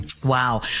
Wow